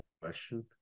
question